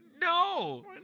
No